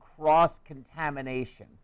cross-contamination